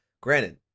granted